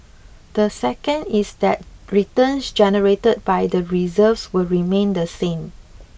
the second is that returns generated by the reserves will remain the same